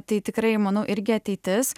tai tikrai manau irgi ateitis